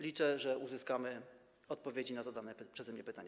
Liczę, że uzyskamy odpowiedzi na zadane przeze mnie pytania.